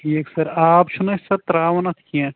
ٹھیٖک سَر آب چھُنہٕ اَسہِ حظ ترٛاوُن اَتھ کیٚنٛہہ